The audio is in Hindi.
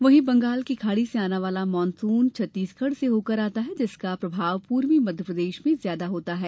वहीं बंगाल की खाडी में आने वाला मानसून छत्तीसगढ से होकर आता है जिसका प्रभाव पूर्वी मध्यप्रदेश में ज्यादा होता है